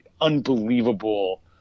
unbelievable